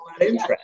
interest